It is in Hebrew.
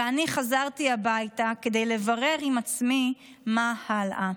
ואני חזרתי הביתה כדי לברר עם עצמי מה הלאה.